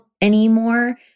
anymore